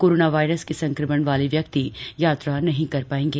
corona virus के संक्रमण वाले व्यक्ति यात्रा नहीं कर पायेंगे